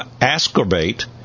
ascorbate